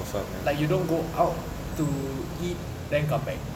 like you don't go out to eat then come back